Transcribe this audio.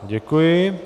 Děkuji.